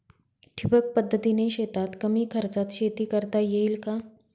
ठिबक पद्धतीने शेतात कमी खर्चात शेती करता येईल का?